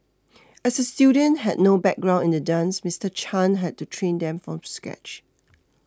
as the students had no background in the dance Mister Chan had to train them from scratch